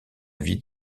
vis